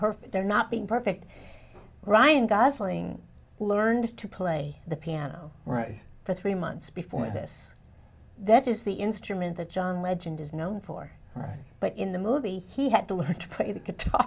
perfect their not being perfect ryan gosling learned to play the piano right for three months before this that is the instrument that john legend is known for right but in the movie he had to learn how to play the guitar